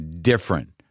Different